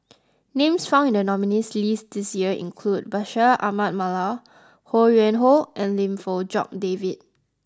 names found in the Nominees' list this year include Bashir Ahmad Mallal Ho Yuen Hoe and Lim Fong Jock David